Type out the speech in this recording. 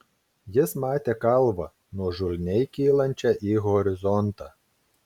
jis matė kalvą nuožulniai kylančią į horizontą